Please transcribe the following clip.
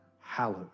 hallowed